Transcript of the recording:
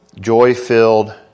joy-filled